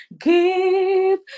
give